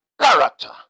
character